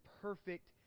perfect